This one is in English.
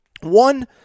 One